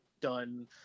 done